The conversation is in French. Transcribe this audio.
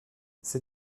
c’est